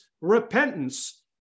repentance